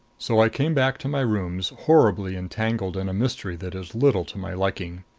so i came back to my rooms, horribly entangled in a mystery that is little to my liking.